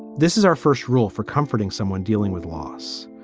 this is our first rule for comforting someone dealing with loss.